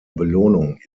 belohnung